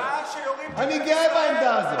בשעה שיורים טילים על ישראל, אני גאה בעמדה הזאת.